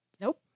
Nope